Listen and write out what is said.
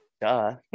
duh